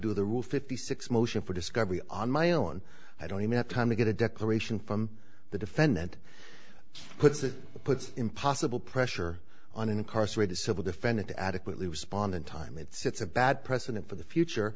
do the rule fifty six motion for discovery on my own i don't even have time to get a declaration from the defendant puts it puts impossible pressure on an incarcerated civil defendant to adequately respond in time it sets a bad precedent for the future